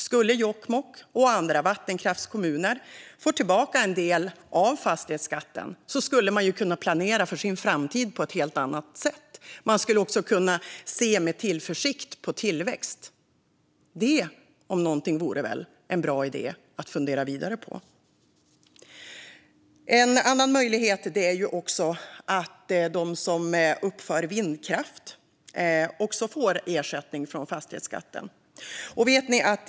Skulle Jokkmokk och andra vattenkraftskommuner få tillbaka en del av fastighetsskatten skulle man kunna planera för sin framtid på ett helt annat sätt. Man skulle också kunna se med tillförsikt på tillväxt. Det om någonting vore väl en bra idé att fundera vidare på. En annan möjlighet är att de som uppför vindkraft också får ersättning från fastighetsskatten.